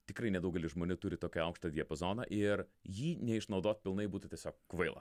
tikrai nedaugelis žmonių turi tokį aukštą diapazoną ir jį neišnaudot pilnai būtų tiesiog kvaila